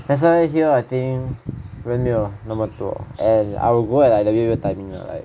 that's why here I think 人没有那么多 and I will go at like the weird weird timing ah like